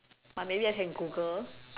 but maybe I can Google